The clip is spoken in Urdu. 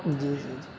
جی جی جی